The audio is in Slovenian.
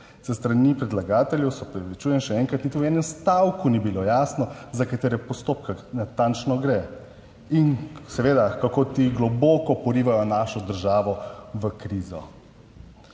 S strani predlagateljev, se opravičujem še enkrat, niti v enem stavku ni bilo jasno, za katere postopke natančno gre in seveda, kako ti globoko porivajo našo državo v krizo.